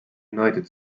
united